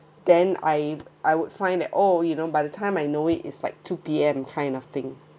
then I I would find at oh you know by the time I know it is like two P_M kind of thing